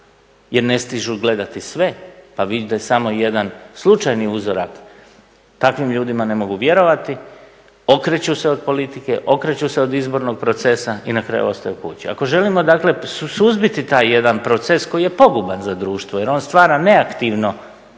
jer ne stižu gledati sve pa vide samo jedan slučajni uzorak, takvim ljudima ne mogu vjerovati, okreću se od politike, okreću se od izbornog procesa i na kraju ostaju kući. Ako želimo dakle suzbiti taj jedan proces koji je poguban za društvo jer on stvara neaktivno